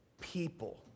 people